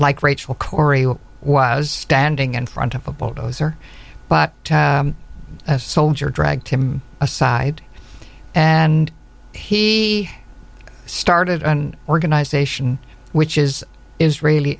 like rachel corrie was standing in front of a bulldozer but a soldier dragged him aside and he started an organization which is israeli